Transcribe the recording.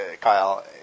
Kyle